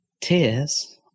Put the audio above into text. Tears